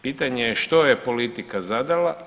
Pitanje je što je politika zadala?